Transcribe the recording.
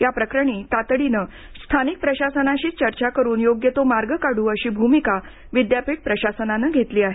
या प्रकरणी तातडीनं स्थानिक प्रशासनाशी चर्चा करून योग्य तो मार्ग काढू अशी भूमिका विद्यापीठ प्रशासनानं घेतली आहे